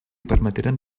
permeteren